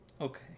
Okay